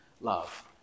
love